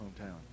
hometown